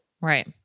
Right